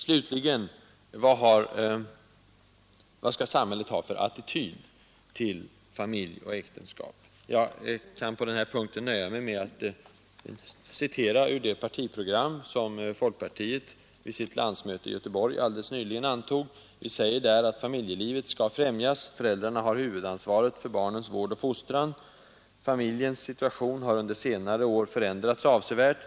Slutligen: Vad skall samhället ha för attityd till familj och äktenskap? Jag kan på den punkten nöja mig med att citera ur det partiprogram som folkpartiet vid landsmötet i Göteborg alldeles nyligen antog. Vi säger där: ”Familjelivet skall främjas. Föräldrarna har huvudansvaret för barnens vård och fostran. Familjens situation har under senare år förändrats avsevärt.